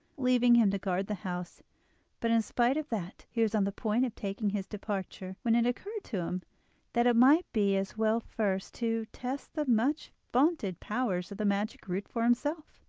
leaving him to guard the house but in spite of that he was on the point of taking his departure when it occurred to him that it might be as well first to test the much-vaunted powers of the magic root for himself.